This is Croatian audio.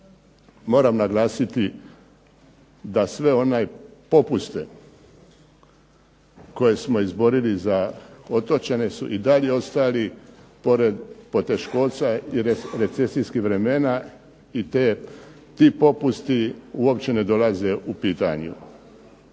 Moram naglasiti da sve popuste koje smo izborili za otočane su i dalje ostali pored poteškoća i recesijskih vremena i ti popusti uopće ne dolaze u pitanje.